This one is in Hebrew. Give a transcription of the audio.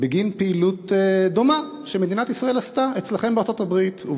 בגין פעילות דומה שמדינת ישראל עשתה אצלכם בארצות-הברית.